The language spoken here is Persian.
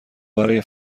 برای